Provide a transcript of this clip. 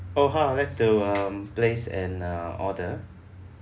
oh hi I would like to um place an uh order